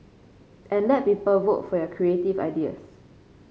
and let people vote for your creative ideas